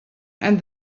and